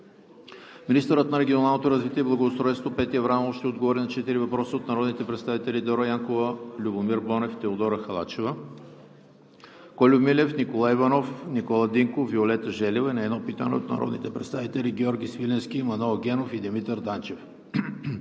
Министърът на регионалното развитие и благоустройството Петя Аврамова ще отговори на четири въпроса от народните представители Дора Янкова, Любомир Бонев, Теодора Халачева; Кольо Милев; Николай Иванов; Никола Динков и Виолета Желева, и на едно питане от народните представители Георги Свиленски, Манол Генов и Димитър Данчев.